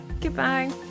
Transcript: Goodbye